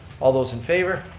all those in favor?